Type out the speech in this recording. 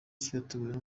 cyateguwe